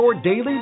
daily